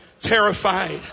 terrified